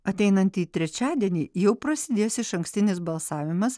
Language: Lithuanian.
ateinantį trečiadienį jau prasidės išankstinis balsavimas